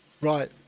right